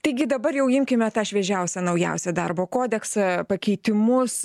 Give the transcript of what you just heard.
taigi dabar jau imkime tą šviežiausią naujausią darbo kodeksą pakeitimus